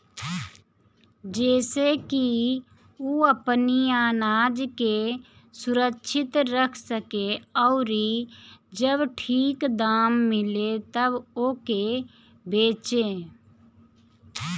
जेसे की उ अपनी आनाज के सुरक्षित रख सके अउरी जब ठीक दाम मिले तब ओके बेचे